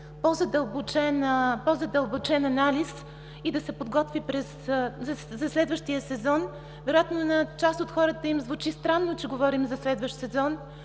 по-задълбочен анализ и да се подготви за следващия сезон. Вероятно на част от хората им звучи странно, че говорим за следващ сезон,